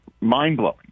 mind-blowing